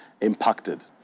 impacted